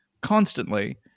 constantly